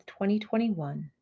2021